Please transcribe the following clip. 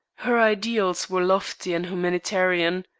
her ideals were lofty and humanitarian.